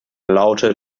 laute